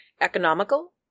economical